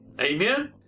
Amen